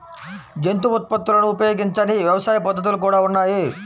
జంతు ఉత్పత్తులను ఉపయోగించని వ్యవసాయ పద్ధతులు కూడా ఉన్నాయి